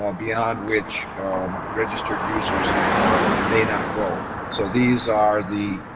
um beyond which registered users may not go. so these are the